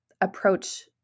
approach